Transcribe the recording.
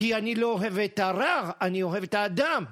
כי אני לא אוהב את הרער, אני אוהב את האדם.